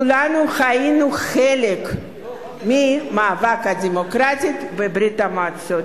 כולנו היינו חלק מהמאבק הדמוקרטי בברית-המועצות.